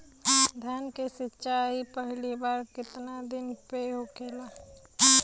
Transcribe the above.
धान के सिचाई पहिला बार कितना दिन पे होखेला?